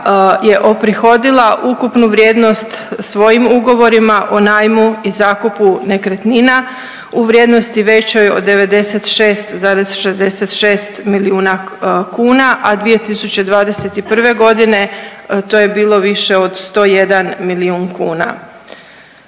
je oprihodila ukupnu vrijednost svojim ugovorima o najmu i zakupu nekretnina u vrijednosti većoj od 96,66 milijuna kuna, a 2021.g. to je bilo više od 101 milijun kuna.